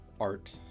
art